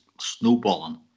snowballing